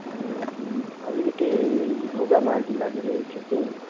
ए अलिकति रुघा मार्की लागिरहेको थियो कि